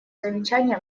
замечания